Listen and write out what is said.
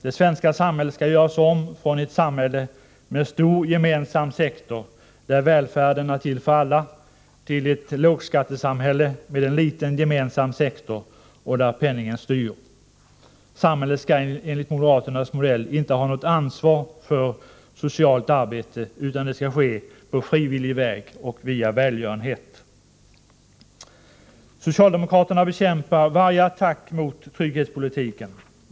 Det svenska samhället skall göras om från ett samhälle med stor gemensam sektor, och där välfärden är till för alla, till ett lågskattesamhälle med en liten gemensam sektor och där penningen styr. Samhället skall enligt moderaternas modell inte ha något ansvar för socialt arbete, utan det skall ske på frivillig väg och via välgörenhet. Socialdemokraterna bekämpar varje attack mot trygghetspolitiken.